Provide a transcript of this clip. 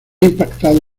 impactado